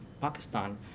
Pakistan